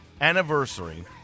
anniversary